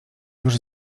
już